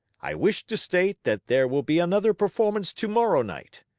i wish to state that there will be another performance tomorrow night.